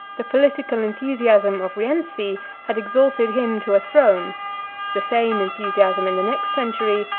the political enthusiasm of rienzi had exalted him to a throne the same enthusiasm, in the next century,